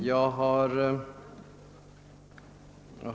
Herr talman!